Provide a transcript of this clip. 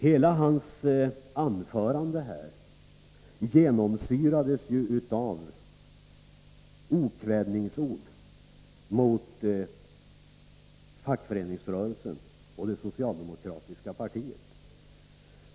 Hela hans anförande genomsyrades av okvädingsord mot fackföreningsrörelsen och det socialdemokratiska partiet.